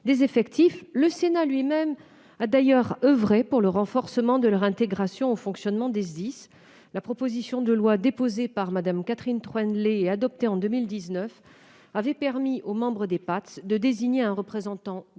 des effectifs. Le Sénat lui-même a d'ailleurs oeuvré pour le renforcement de leur intégration au fonctionnement des SDIS. La proposition de loi déposée par Mme Catherine Troendlé et adoptée en 2019 avait permis aux membres des PATS de désigner un représentant